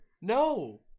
no